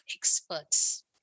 experts